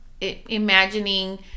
imagining